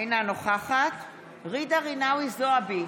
אינה נוכחת ג'ידא רינאוי זועבי,